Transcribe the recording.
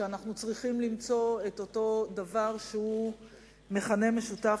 שאנחנו צריכים למצוא את אותו דבר שהוא מכנה משותף,